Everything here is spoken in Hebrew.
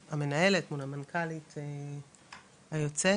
המנהלת, מול המנכ"לית היוצאת,